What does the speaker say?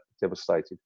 devastated